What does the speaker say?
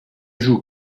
joue